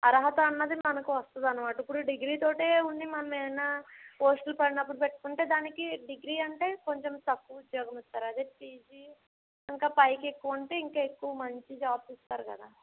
అర్హత అన్నది మనకి వస్తుంది అన్నమాట ఇప్పుడు డిగ్రీ తోటే ఉండి మనం ఏదైనా పోస్ట్లు పడినప్పుడు పెట్టుకుంటే దానికి డిగ్రీ అంటే కొంచెం తక్కువ ఉద్యోగం ఇస్తారు అదే పీజీ ఇంకా పైకి ఎక్కువ ఉంటే ఇంకా ఎక్కువ మంచి జాబ్స్ ఇస్తారు కదా